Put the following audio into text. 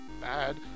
bad